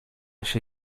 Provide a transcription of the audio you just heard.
się